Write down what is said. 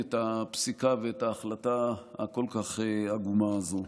את הפסיקה ואת ההחלטה הכל-כך עגומה הזו.